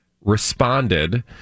responded